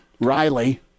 Riley